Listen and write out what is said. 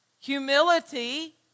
Humility